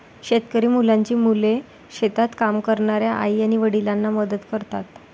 शेतकरी मुलांची मुले शेतात काम करणाऱ्या आई आणि वडिलांना मदत करतात